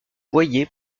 boyer